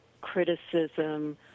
criticism